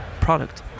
product